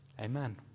amen